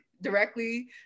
directly